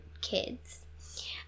kids